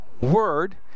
Word